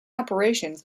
operations